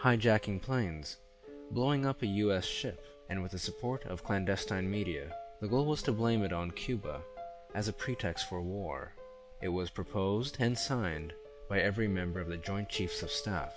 hijacking planes blowing up a u s ship and with the support of clandestine media the goal was to blame it on cuba as a pretext for war it was proposed and signed by every member of the joint chiefs of staff